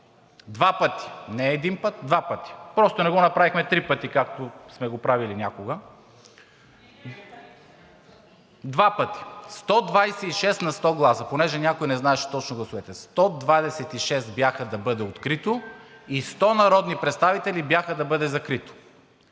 два пъти, не един път – два пъти. Просто не го направихме три пъти, както сме го правили някога. (Реплика.) Два пъти. 126 на 100 гласа, понеже някой не знаеше точно гласовете – 126 бяха да бъде открито и 100 народни представители бяха да бъде закрито.